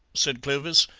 said clovis,